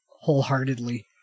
wholeheartedly